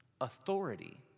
authority